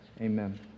Amen